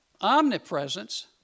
omnipresence